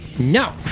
No